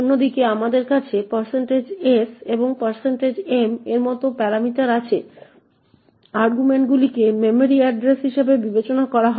অন্যদিকে আমাদের কাছে s এবং m এর মতো প্যারামিটার আছে আর্গুমেন্টগুলিকে মেমরির এড্রেস হিসাবে বিবেচনা করা হয়